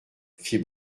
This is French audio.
fit